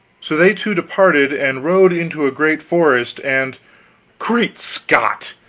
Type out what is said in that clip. so they two departed and rode into a great forest. and great scott!